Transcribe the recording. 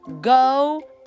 go